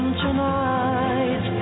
tonight